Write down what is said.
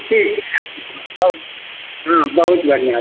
ठीक छै राखैत छी बहुत हँ बहुत बढ़िआँ